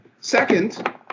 Second